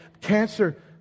Cancer